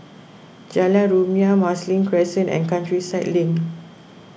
Jalan Rumia Marsiling Crescent and Countryside Link